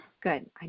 good